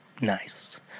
nice